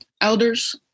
elders